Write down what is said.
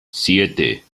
siete